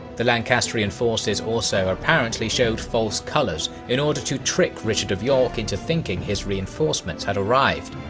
the lancastrian forces also apparently showed false colours in order to trick richard of york into thinking his reinforcements had arrived.